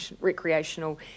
recreational